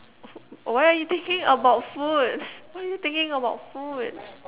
why are you thinking about food why are you thinking about food